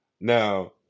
Now